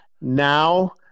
now